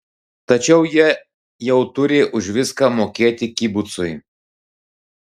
tačiau jie jau turi už viską mokėti kibucui